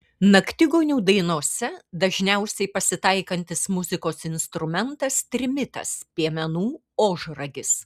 naktigonių dainose dažniausiai pasitaikantis muzikos instrumentas trimitas piemenų ožragis